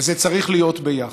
וזה צריך להיות ביחד.